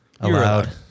Allowed